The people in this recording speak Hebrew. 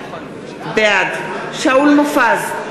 בעד שאול מופז,